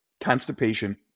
constipation